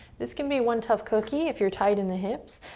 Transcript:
this can be one tough cookie if you're tight in the hips,